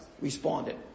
responded